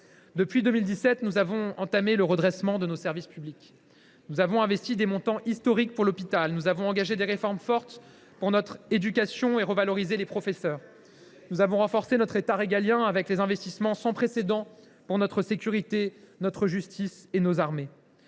Depuis 2017, nous avons entamé le redressement de nos services publics. Nous avons investi des montants historiques pour notre hôpital. Nous avons engagé des réformes fortes pour notre éducation et revalorisé les professeurs. Nous avons renforcé notre État régalien, avec des investissements sans précédent pour notre sécurité, notre justice et nos armées.